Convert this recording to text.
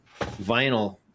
vinyl